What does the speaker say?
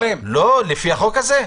לפי החוק הזה?